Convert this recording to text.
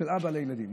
של אבא לילדים,